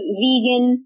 vegan